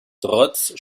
trotz